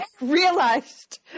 realized